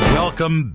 welcome